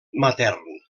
matern